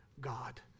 God